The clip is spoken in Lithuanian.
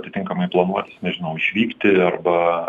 atitinkamai planuotis nežinau išvykti arba